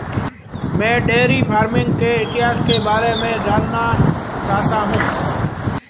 मैं dairy farming के इतिहास के बारे में जानना चाहता हूं